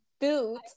boot